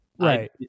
Right